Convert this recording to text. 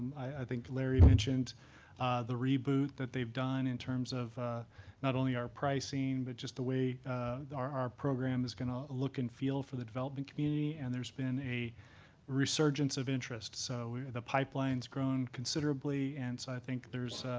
i think larry mentioned the reboot that they've done in terms of not only our pricing but just the way our our program is going to look and feel for the development community. and there's been a resurgence of interest. so the pipeline's grown considerably. and so i think there's